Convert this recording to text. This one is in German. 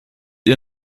ihr